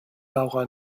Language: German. laura